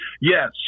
Yes